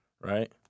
Right